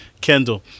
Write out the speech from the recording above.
Kendall